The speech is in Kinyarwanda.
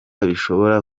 bishobora